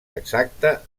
exacte